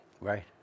Right